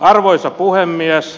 arvoisa puhemies